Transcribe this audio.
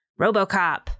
RoboCop